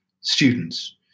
students